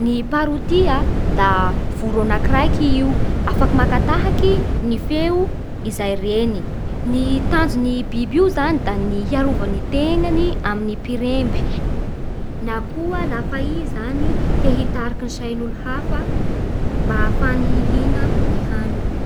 Ny parotia da voro anakiraiky i io, afaka maka tahaky ny feo izay reny. Ny tanjon'i biby io zany da ny hiarovany tegnany amin'ny mpiremby, na koa lafa i zany te hitarika sain'olo hafa mba ahafahany ihina ny haniny.